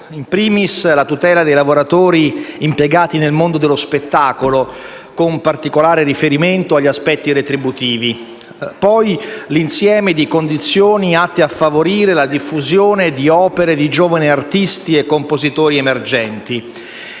*in primis*, la tutela dei lavoratori impiegati nel mondo dello spettacolo, con particolare riferimento agli aspetti retributivi; poi l'insieme di condizioni atte a favorire la diffusione di opere di giovani artisti e compositori emergenti,